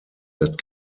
that